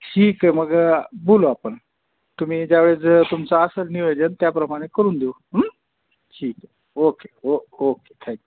ठीक आहे मग बोलू आपण तुम्ही ज्यावेळेस तुमचं असेल नियोजन त्याप्रमाणे करून देऊ ठीक आहे ओके ओ ओके थँक्यू